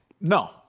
No